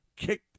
kicked